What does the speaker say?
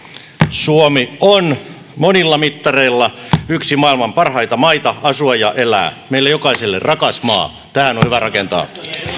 suomi on monilla mittareilla yksi maailman parhaita maita asua ja elää meille jokaiselle rakas maa tähän on hyvä rakentaa